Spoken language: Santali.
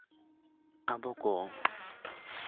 ᱟᱵᱚ ᱠᱚ